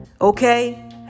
Okay